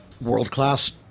world-class